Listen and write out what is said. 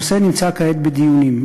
הנושא נמצא כעת בדיונים.